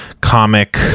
comic